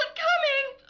coming